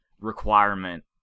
requirement